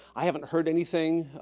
i haven't heard anything.